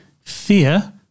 Fear